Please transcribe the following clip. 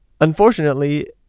Unfortunately